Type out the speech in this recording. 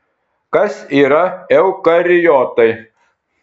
kas yra eukariotai